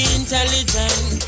intelligent